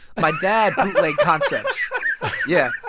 my dad bootlegged concepts yeah,